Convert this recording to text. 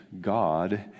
God